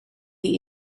die